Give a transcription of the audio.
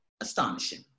astonishing